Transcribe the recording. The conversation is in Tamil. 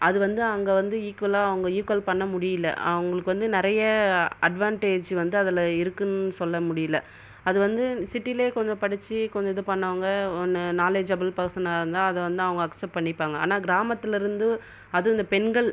அது வந்து அங்கே வந்து ஈக்குவல்லா அங்கே ஈக்குவல் பண்ண முடியல அவங்களுக்கு வந்து நிறைய அட்வாண்டேஜ் வந்து அதில் இருக்குதுனு சொல்ல முடியல அது வந்து சிட்டியிலே கொஞ்சம் படிச்சு கொஞ்சம் இது பண்ணவங்க ஒன்னு நாலேஜப்பள் பர்சன்னாக இருந்தால் அது வந்து அவங்கள் அக்சப்ட் பண்ணிப்பாங்கள் ஆனால் கிராமத்தில் இருந்து அதுவும் இந்த பெண்கள்